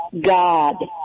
God